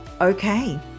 Okay